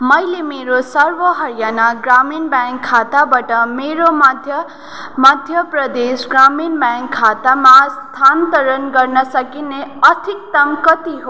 मैले मेरो सर्व हरियाणा ग्रामीण ब्याङ्क खाताबाट मेरो मध्य मध्य प्रदेश ग्रामीण ब्याङ्क खातामा स्थानान्तरण गर्न सकिने अधिकतम् कति हो